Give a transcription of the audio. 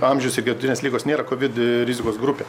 amžius ir gretutinės ligos nėra covid rizikos grupė